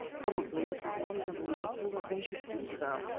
probably it was not even lawful that they should do so.